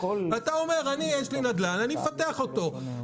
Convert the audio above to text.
אתה אומר: יש לי נדל"ן, אני אפתח אותו.